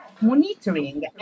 monitoring